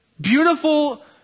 beautiful